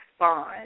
respond